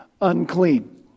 unclean